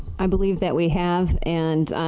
i believe that we have. and,